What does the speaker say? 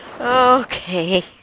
Okay